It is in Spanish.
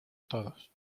todos